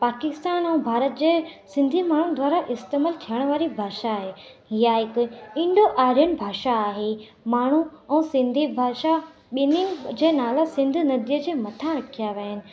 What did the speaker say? पाकिस्तान ऐं भारत जे सिंधी माण्हू द्वारा इस्तेमालु थियण वारी भाषा आहे ईअं हिकु इंडो आर्यन भाषा आहे माण्हू ऐं सिंधी भाषा ॿिनिनि जा नाला सिंधु नंदीअ जे मथा रखिया विया आहिनि